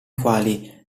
quali